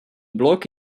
blok